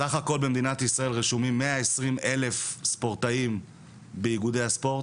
סך הכל במדינת ישראל רשומים מאה עשרים אלף ספורטאים באיגודי הספורט.